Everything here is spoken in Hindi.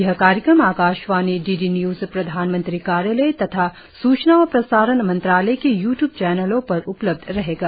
यह कार्यक्रम आकाशवाणी डीडी न्यूज प्रधानमंत्री कार्यालय तथा सूचना और प्रसारण मंत्रालय के यू ट्यूब चैनलों पर उपलब्ध रहेगा